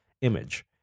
image